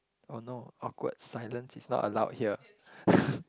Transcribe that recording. oh no awkward silence is not allowed here